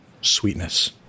sweetness